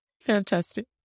Fantastic